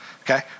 Okay